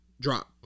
drop